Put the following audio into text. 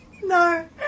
No